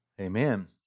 Amen